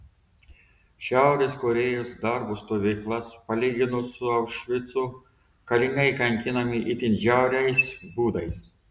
šiaurės korėjos darbo stovyklas palygino su aušvicu kaliniai kankinami itin žiauriais būdais